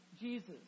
Jesus